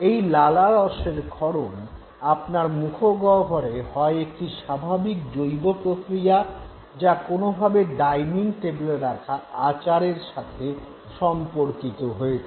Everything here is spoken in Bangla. এই লালারসের ক্ষরণ আপনার মুখগহ্বরে হয় যা একটি স্বাভাবিক জৈব প্রক্রিয়া যা কোনোভাবে ডাইনিং টেবলে রাখা আচারের সাথে সম্পর্কিত হয়েছে